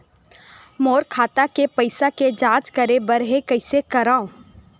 मोर खाता के पईसा के जांच करे बर हे, कइसे करंव?